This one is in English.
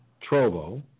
Trovo